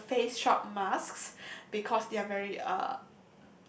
the Face-Shop masks because they're very uh